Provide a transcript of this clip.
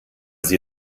sie